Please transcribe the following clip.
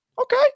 Okay